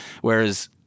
Whereas